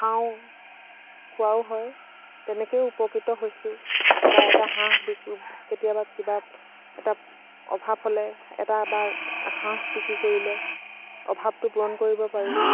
খাওঁ খোৱাও হয় তেনেকেও উপকৃত হৈছো বা এটা হাঁহ বি কেতিয়াবা কিবা এটা অভাৱ হ'লে এটা বা হাঁহ বিক্ৰী কৰিলে অভাৱটো পূৰণ কৰিব পাৰো